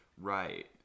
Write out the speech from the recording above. Right